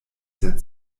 der